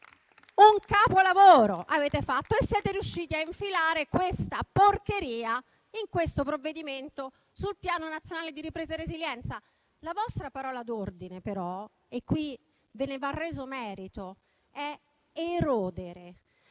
un capolavoro e siete riusciti a infilare questa porcheria nel provvedimento in discussione sul Piano nazionale di ripresa e resilienza. La vostra parola d'ordine, però - e qui ve ne va reso merito - è erodere.